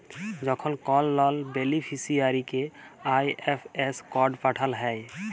যখল কল লল বেলিফিসিয়ারিকে আই.এফ.এস কড পাঠাল হ্যয়